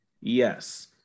yes